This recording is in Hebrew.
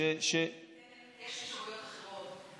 יש אפשרויות אחרות,